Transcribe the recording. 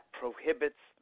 prohibits